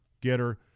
Getter